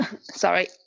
sorry